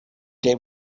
day